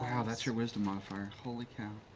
wow, that's your wisdom modifier. holy cow.